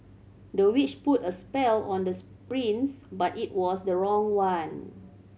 the witch put a spell on the prince but it was the wrong one